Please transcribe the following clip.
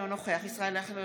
אינו נוכח ישראל אייכלר,